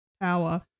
power